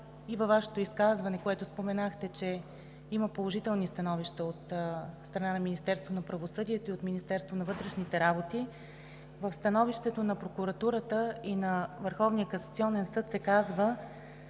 на Вашето изказване, в което споменахте, че има положителни становища от страна на Министерството на правосъдието, и от Министерството на вътрешните работи, в становището на Прокуратурата и на Върховния